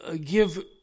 give